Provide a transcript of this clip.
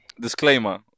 disclaimer